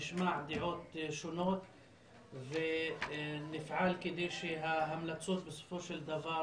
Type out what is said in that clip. נשמע דעות שונות ונפעל כדי שההמלצות בסופו של דבר